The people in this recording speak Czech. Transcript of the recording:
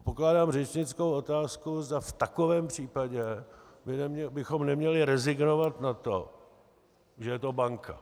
Pokládám řečnickou otázku, zda v takovém případě bychom neměli rezignovat na to, že je to banka.